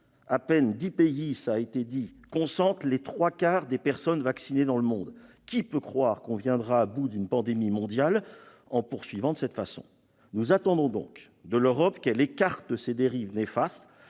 à peine dix pays concentrent les trois quarts des personnes vaccinées dans le monde. Qui peut croire que l'on viendra à bout d'une pandémie mondiale en poursuivant de cette façon ? Nous attendons donc de l'Europe qu'elle écarte ces dérives néfastes,